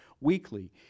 weekly